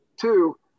Two